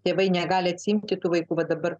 tėvai negali atsiimti tų vaikų va dabar